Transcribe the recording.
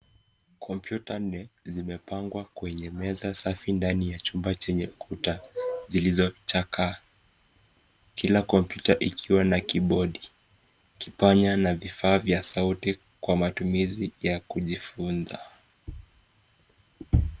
Kmpyuta nne zimepangwa kwenye meza safi ndani ya chumba chenye kuta zilizo chakaa, kila kompyuta ikiwa na kibodi kipanya na vifaa vya sauti kwa matumizi ya kujifunza.